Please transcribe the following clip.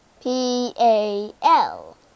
P-A-L